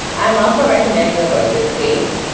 i'm also recommending a book this week.